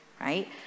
right